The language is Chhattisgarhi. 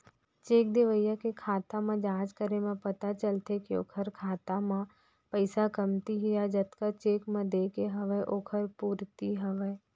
चेक देवइया के खाता म जाँच करे म पता चलथे के ओखर खाता म पइसा कमती हे या जतका चेक म देय के हवय ओखर पूरति हवय